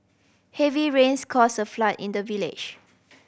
heavy rains caused a flood in the village